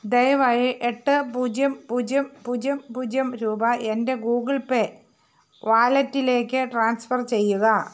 ദയവായി എട്ട് പൂജ്യം പൂജ്യം പൂജ്യം പൂജ്യം രൂപ എൻ്റെ ഗൂഗിൾ പേ വാലറ്റിലേക്ക് ട്രാൻസ്ഫർ ചെയ്യുക